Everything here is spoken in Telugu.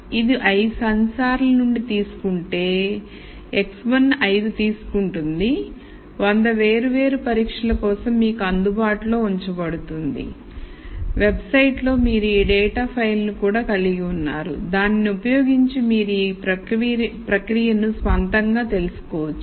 ఇది ఐదు సెన్సార్ల నుండి తీసుకుంటే x1 ఐదు తీసుకుంటుంది ది 100 వేర్వేరు పరీక్షల కోసం మీకు అందుబాటులో ఉంచబడుతుంది వెబ్సైట్లో మీరు ఈ డేటా ఫైల్ను కూడా కలిగి ఉన్నారు దానిని ఉపయోగించి మీరు ఈ ప్రక్రియను స్వంతంగా తెలుసుకోవచ్చు